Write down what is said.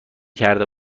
کرده